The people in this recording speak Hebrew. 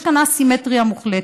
יש כאן א-סימטריה מוחלטת.